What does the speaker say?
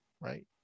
right